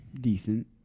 decent